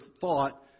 thought